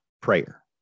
prayer